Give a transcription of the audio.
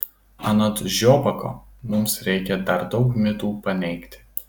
anot žiobako mums reikia dar daug mitų paneigti